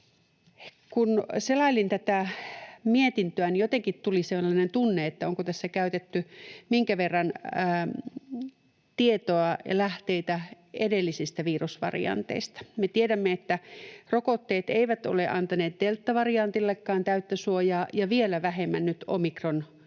Kun selailin tätä mietintöä, jotenkin tuli sellainen tunne, että onko tässä käytetty minkä verran tietoa ja lähteitä edellisistä virusvarianteista. Me tiedämme, että rokotteet eivät ole antaneet deltavariantillekaan täyttä suojaa, ja vielä vähemmän nyt omikronvariantille,